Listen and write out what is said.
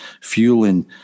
fueling